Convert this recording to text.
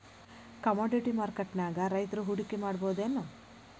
Commodity ಮಾರ್ಕೆಟ್ನ್ಯಾಗ್ ರೈತ್ರು ಹೂಡ್ಕಿ ಮಾಡ್ಬಹುದೇನ್?